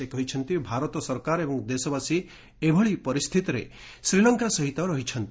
ସେ କହିଛନ୍ତି ଭାରତ ସରକାର ଏବଂ ଦେଶବାସୀ ଏଭଳି ପରିସ୍ଥିତିରେ ଶ୍ରୀଲଙ୍କା ସହିତ ରହିଛନ୍ତି